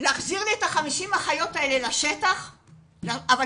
להחזיר לי את 50 האחיות האלה לשטח בדחיפות,